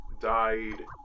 died